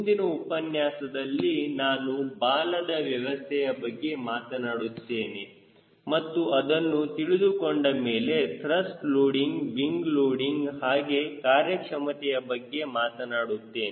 ಮುಂದಿನ ಉಪನ್ಯಾಸದಲ್ಲಿ ನಾನು ಬಾಲದ ವ್ಯವಸ್ಥೆಯ ಬಗ್ಗೆ ಮಾತನಾಡುತ್ತೇನೆ ಮತ್ತು ಅದನ್ನು ತಿಳಿದುಕೊಂಡ ಮೇಲೆ ತ್ರಸ್ಟ್ ಲೋಡಿಂಗ್ ವಿಂಗ್ ಲೋಡಿಂಗ್ ಹಾಗೆ ಕಾರ್ಯಕ್ಷಮತೆಯ ಬಗ್ಗೆ ಮಾತನಾಡುತ್ತೇನೆ